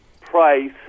price